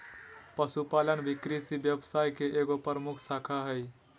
पशुपालन भी कृषि व्यवसाय के एगो प्रमुख शाखा हइ